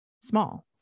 small